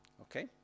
Okay